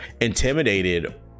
intimidated